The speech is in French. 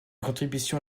contribution